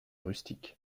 rustique